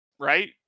Right